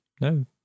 No